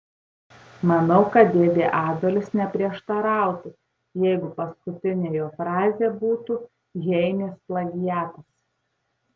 manau kad dėdė adolis neprieštarautų jeigu paskutinė jo frazė būtų heinės plagiatas